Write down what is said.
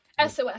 SOS